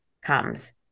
comes